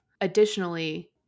Additionally